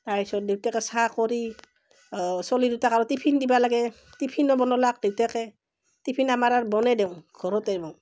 তাৰ পিছত দেউতাকে চাহ কৰি চলি দুটাক আৰু টিফিন দিবা লাগে টিফিনো বনালাক দেউতাকে টিফিন আমাৰ আৰ বনেই দিওঁ ঘৰতেই বওঁ